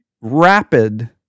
rapid